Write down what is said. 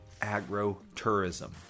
agro-tourism